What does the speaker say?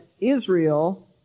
Israel